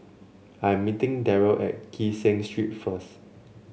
I'm meeting Darry at Kee Seng Street first